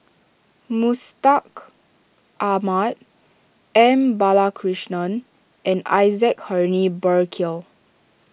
Mustaq Ahmad M Balakrishnan and Isaac Henry Burkill